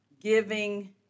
giving